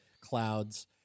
clouds